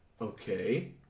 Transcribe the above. Okay